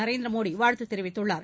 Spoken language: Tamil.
நரேந்திர மோடி வாழ்த்து தெரிவித்துள்ளார்